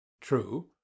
true